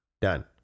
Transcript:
done